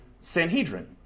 Sanhedrin